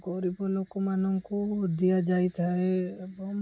ଗରିବ ଲୋକମାନଙ୍କୁ ଦିଆଯାଇଥାଏ ଏବଂ